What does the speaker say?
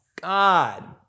God